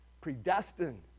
predestined